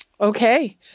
Okay